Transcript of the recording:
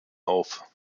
auf